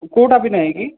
କେଉଁଟା ବି ନାହିଁ କି